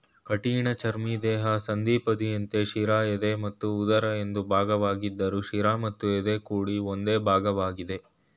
ಕಠಿಣಚರ್ಮಿ ದೇಹ ಸಂಧಿಪದಿಯಂತೆ ಶಿರ ಎದೆ ಮತ್ತು ಉದರ ಎಂದು ಭಾಗವಾಗಿದ್ರು ಶಿರ ಮತ್ತು ಎದೆ ಕೂಡಿ ಒಂದೇ ಭಾಗವಾಗಿದೆ